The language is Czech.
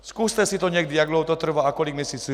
Zkuste si to někdy, jak dlouho to trvá a kolik měsíců.